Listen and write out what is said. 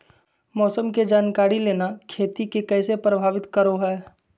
मौसम के जानकारी लेना खेती के कैसे प्रभावित करो है?